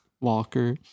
Walker